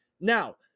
Now